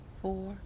four